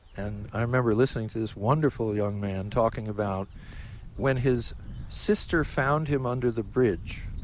and i remember listening to this wonderful young man talking about when his sister found him under the bridge